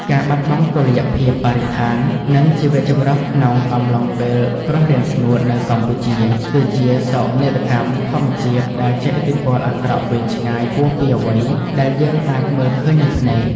ការបាត់បង់តុល្យភាពបរិស្ថាន និងជីវចម្រុះក្នុងអំឡុងពេលគ្រោះរាំងស្ងួតនៅកម្ពុជា គឺជាសោកនាដកម្មធម្មជាតិដែលជះឥទ្ធិពលអាក្រក់វែងឆ្ងាយហួសពីអ្វីដែលយើងអាចមើលឃើញនឹងភ្នែក។